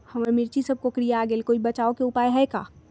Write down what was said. हमर मिर्ची सब कोकररिया गेल कोई बचाव के उपाय है का?